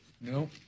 No